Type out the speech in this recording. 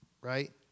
right